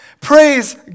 Praise